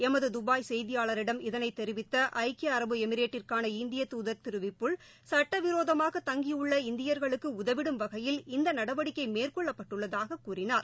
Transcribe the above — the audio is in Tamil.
எமது துபாய் செய்தியாளரிடம் இதனை தெரிவித்த ஐக்கிய அரபு எமிரேட்டிற்கான இந்திய துதர் திரு விபுல் சுட்ட விரோதமாக தங்கியுள்ள இந்தியர்களுக்கு உதவிடும் வகையில் இந்த நடவடிக்கை மேற்கொள்ளப்பட்டுள்ளதாக கூறினார்